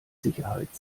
sicherheit